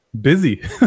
busy